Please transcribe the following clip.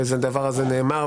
והדבר הזה נאמר,